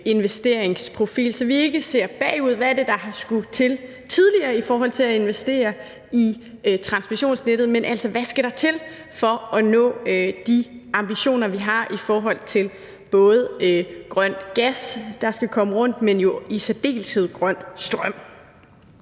investeringsprofil, så vi ikke ser bagud og på, hvad der tidligere har skullet til i forhold til at investere i transmissionsnettet, men altså hvad der skal til for at nå de ambitioner, vi har i forhold til både grøn gas, men jo i særdeleshed grøn strøm.